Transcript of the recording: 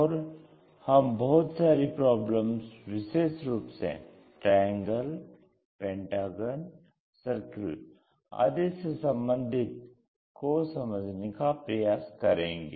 और हम बहुत सारी प्रॉब्लम्स विशेष रूप से ट्रायंगल पेंटागन सर्किल आदि से सम्बंधित को समझने का प्रयास करेंगे